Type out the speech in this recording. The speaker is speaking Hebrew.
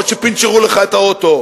אף-על-פי שפינצ'רו לך את האוטו,